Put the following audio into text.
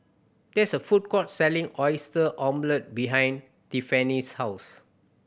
there is a food court selling Oyster Omelette behind Tiffanie's house